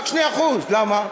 רק 2%. למה?